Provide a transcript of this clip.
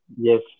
Yes